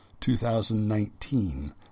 2019